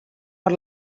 per